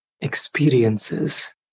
experiences